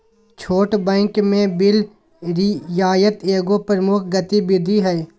छोट बैंक में बिल रियायत एगो प्रमुख गतिविधि हइ